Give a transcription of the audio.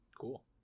Cool